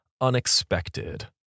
unexpected